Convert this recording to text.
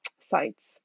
sites